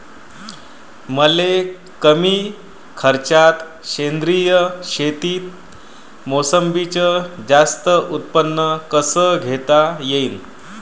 मले कमी खर्चात सेंद्रीय शेतीत मोसंबीचं जास्त उत्पन्न कस घेता येईन?